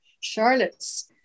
Charlotte's